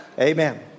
amen